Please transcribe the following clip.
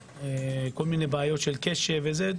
כל מיני בעיות של קשב וכו'.